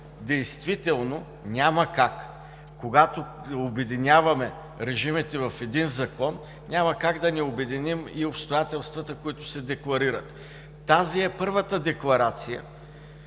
Действително няма как, когато обединяваме режимите в един закон, няма как да не обединим и обстоятелствата, които се декларират. Тази е първата декларация